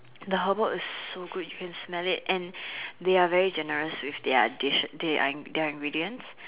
the herbal is so good you can smell it and they are very generous with their dish their their ingredients